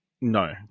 no